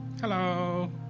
Hello